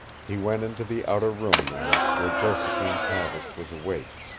he went into the outer room then, where josephine tavish was awake.